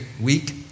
week